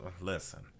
listen